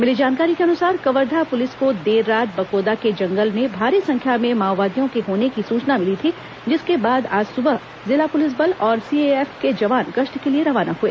मिली जानकारी के अनुसार कवर्धा पुलिस को देर रात बकोदा के जंगल में भारी संख्या में माओवादियों के होने की सूचना मिली थी जिसके बाद आज सुबह जिला पुलिस बल और सीएएफ के जवान गश्त के लिए रवाना हुए